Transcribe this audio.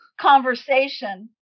conversation